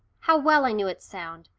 how well i knew its sound!